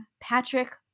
Patrick